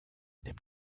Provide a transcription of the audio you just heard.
nimm